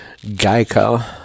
Geico